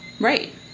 right